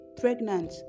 pregnant